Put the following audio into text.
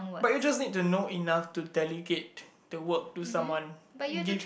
but you just need to know enough to delegate the work to someone give